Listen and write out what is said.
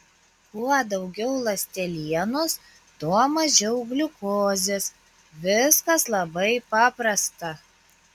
kuo daugiau ląstelienos tuo mažiau gliukozės viskas labai paprasta